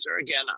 Again